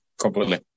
Completely